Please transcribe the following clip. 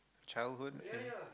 childhood ya ya